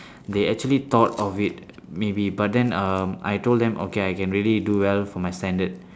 they actually thought of it maybe but then um I told them okay I can really do well for my standard